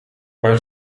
waar